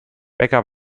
becker